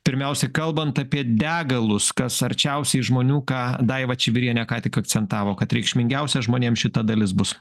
pirmiausiai kalbant apie degalus kas arčiausiai žmonių ką daiva čibirienė ką tik akcentavo kad reikšmingiausia žmonėm šita dalis bus